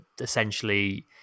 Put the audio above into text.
Essentially